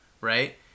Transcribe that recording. right